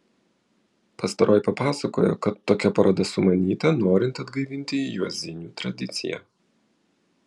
pastaroji papasakojo kad tokia paroda sumanyta norint atgaivinti juozinių tradiciją